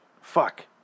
fuck